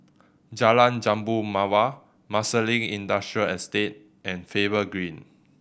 Jalan Jambu Mawar Marsiling Industrial Estate and Faber Green